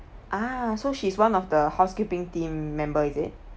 ah so she's one of the housekeeping team member is it